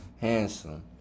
handsome